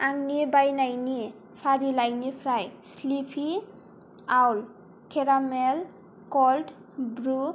आंनि बायनायनि फारिलाइनिफ्राय स्लीपि आउल केरामेल क'ल्ड ब्रु